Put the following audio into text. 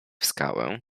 skałę